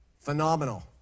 Phenomenal